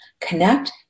Connect